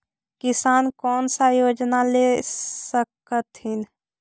किसान कोन सा योजना ले स कथीन?